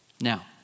Now